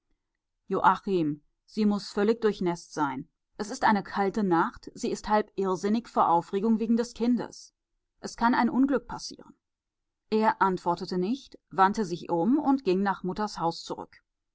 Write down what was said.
sie muß völlig durchnäßt sein es ist eine kalte nacht sie ist halb irrsinnig vor aufregung wegen des kindes es kann ein unglück passieren er antwortete nicht wandte sich um und ging nach mutters haus zurück